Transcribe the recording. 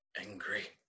angry